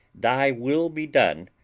thy will be done!